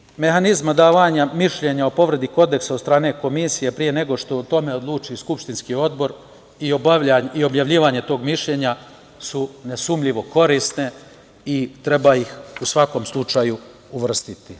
Uvođenje mehanizma davanja mišljenja o povredi Kodeksa od strane komisije pre nego o tome odluči skupštinski odbor i objavljivanje tog mišljenja su nesumnjivo korisne i treba ih u svakom slučaju uvrstiti.